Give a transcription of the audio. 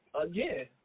again